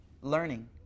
learning